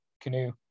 canoe